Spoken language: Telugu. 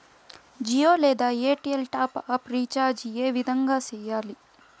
జియో లేదా ఎయిర్టెల్ టాప్ అప్ రీచార్జి ఏ విధంగా సేయాలి